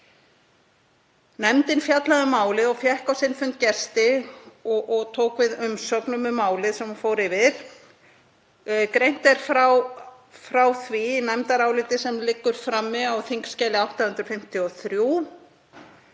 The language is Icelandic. Nefndin fjallaði um málið og fékk á sinn fund gesti og tók við umsögnum um málið sem hún fór yfir. Greint er frá því í nefndaráliti sem liggur frammi á þskj. 853.